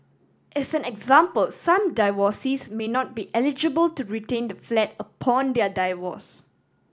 as an example some divorcees may not be eligible to retain the flat upon their divorce